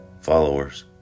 followers